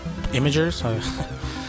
imagers